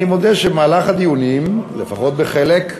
אני מודה שבמהלך הדיונים, לפחות בחלק,